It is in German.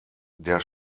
der